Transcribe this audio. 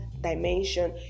dimension